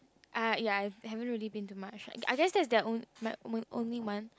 ah ya I have haven't really been to much I I guess that that's their own only one